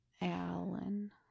Alan